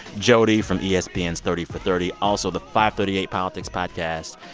jody, from espn's thirty for thirty, also the fivethirtyeight's politics podcast.